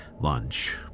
lunch